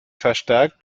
verstärkt